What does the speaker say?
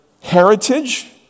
heritage